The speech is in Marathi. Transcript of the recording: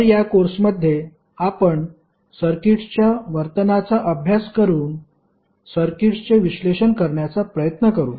तर या कोर्समध्ये आपण सर्किटच्या वर्तनाचा अभ्यास करून सर्किटचे विश्लेषण करण्याचा प्रयत्न करू